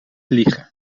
liegen